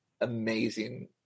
amazing